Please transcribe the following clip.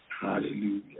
Hallelujah